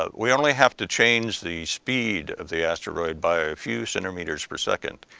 but we only have to change the speed of the asteroid by a few centimeters per second,